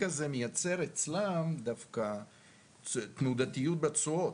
הזה מייצר אצלם דווקא תנודתיות בתשואות,